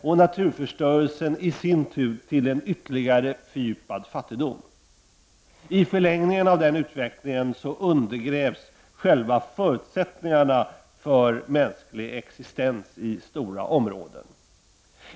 Denna leder i sin tur till en ytterligare fördjupad fattigdom. I förlängningen av den utvecklingen undergrävs själva förutsättningarna för mänsklig existens i stora områden.